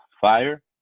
fire